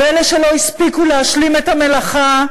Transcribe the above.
ואלה שלא הספיקו להשלים את המלאכה,